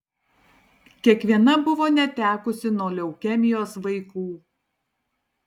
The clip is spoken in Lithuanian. kiekviena buvo netekusi nuo leukemijos vaikų